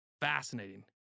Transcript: fascinating